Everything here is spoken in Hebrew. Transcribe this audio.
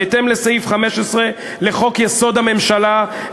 בהתאם לסעיף 15 לחוק-יסוד: הממשלה,